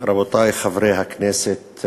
תודה רבה, רבותי חברי הכנסת,